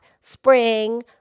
spring